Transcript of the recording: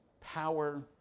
Power